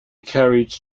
carried